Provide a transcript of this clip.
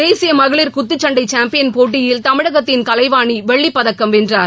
தேசிய மகளிர் குத்துச்சண்டை சேம்பியன் போட்டியில் தமிழகத்தின் கலைவாணி வெள்ளிப்பதக்கம் வென்றார்